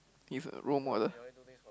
is role model